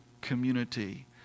community